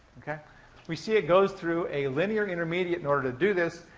we see it goes through a linear intermediate in order to do this,